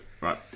right